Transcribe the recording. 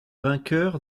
vainqueur